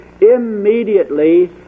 immediately